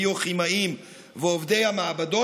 הביוכימאים ועובדי המעבדות,